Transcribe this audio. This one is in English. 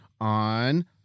on